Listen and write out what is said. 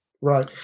Right